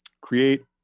create